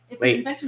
wait